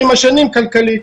היא רחבה,